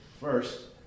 first